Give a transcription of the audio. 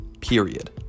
period